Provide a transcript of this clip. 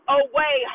away